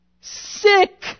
Sick